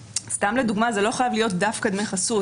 סתם לדוגמה, זה לא חייב להיות דווקא דמי חסות.